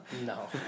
No